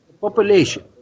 population